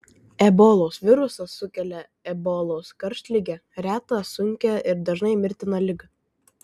ebolos virusas sukelia ebolos karštligę retą sunkią ir dažnai mirtiną ligą